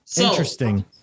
Interesting